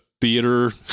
theater